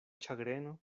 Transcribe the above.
ĉagreno